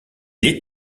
est